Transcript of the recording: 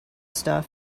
stuff